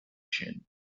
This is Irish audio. sin